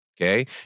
Okay